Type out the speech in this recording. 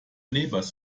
neighbour’s